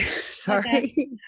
sorry